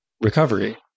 recovery